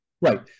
Right